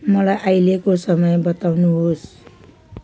मलाई अहिलेको समय बताउनुहोस्